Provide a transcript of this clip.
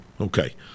Okay